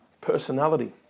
Personality